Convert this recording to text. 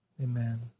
Amen